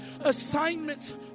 Assignments